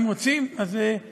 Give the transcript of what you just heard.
אם רוצים, אז לקיים דיון.